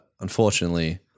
unfortunately